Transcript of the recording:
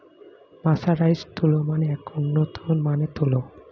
mercerised তুলো মানে একটি উন্নত মানের তুলো